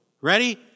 Ready